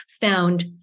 found